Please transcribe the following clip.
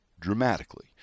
dramatically